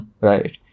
Right